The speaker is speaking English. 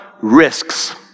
risks